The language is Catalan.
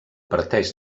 parteix